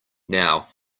now